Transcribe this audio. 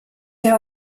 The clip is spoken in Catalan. veu